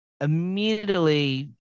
immediately